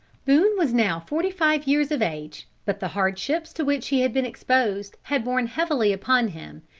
boone was now forty-five years of age, but the hardships to which he had been exposed had borne heavily upon him,